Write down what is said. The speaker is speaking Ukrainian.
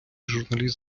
журналіст